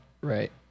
Right